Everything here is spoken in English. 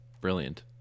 brilliant